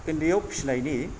उन्दैआव फिनायनि